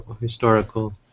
historical